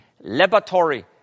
laboratory